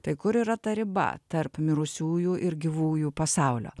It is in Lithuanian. tai kur yra ta riba tarp mirusiųjų ir gyvųjų pasaulio